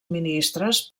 ministres